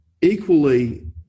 equally